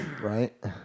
right